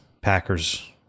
Packers